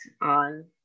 on